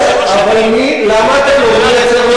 אבל למה אתה לא מייצר מנגנון?